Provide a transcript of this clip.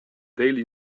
daily